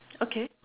okay